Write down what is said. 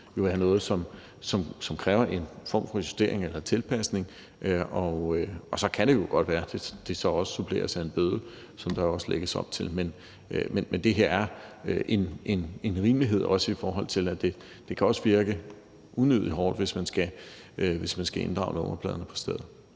være noget, som kræver en form for justering eller tilpasning, og så kan det jo godt være, at det suppleres af en bøde, som der også lægges op til. Men det her er en rimelighed, også i forhold til at det kan virke unødigt hårdt, hvis man skal inddrage nummerpladerne på stedet.